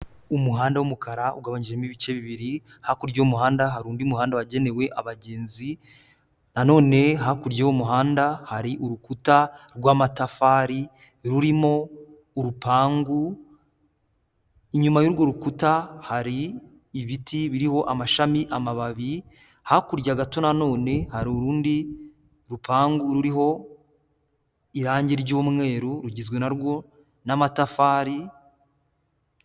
Umuhanda w'umukara, ugabanyijemo ibice bibiri, hakurya y'umuhanda, hari undi muhanda wagenewe abagenzi, na none hakurya y'umuhanda, hari urukuta rw'amatafari rurimo urupangu, inyuma y'urwo rukuta, hari ibiti biriho amashami, amababi, hakurya gato na none hari urundi rupangu ruriho irangi ry'umweru, rugizwe na rwo n'amatafari.